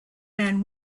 man